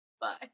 Bye